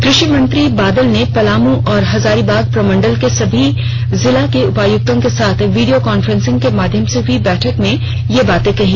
कृषि मंत्री बादल ने पलामू और हजारीबाग प्रमंडल के सभी जिला के उपायुक्तों के साथ वीडियो कांफ्रेंसिंग के माध्यम से हई बैठक में यह बाते कहीं